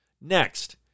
Next